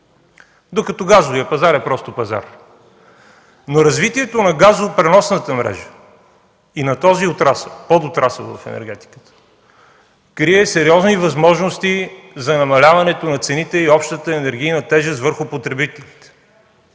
докато газовият пазар е просто пазар. Но развитието на газопреносната мрежа и на този подотрасъл в енергетиката крие сериозни възможности за намаляването на цените и общата енергийна тежест върху потребителите.